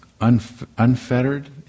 unfettered